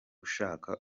uzashaka